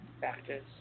factors